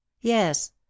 Yes